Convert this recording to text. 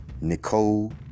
Nicole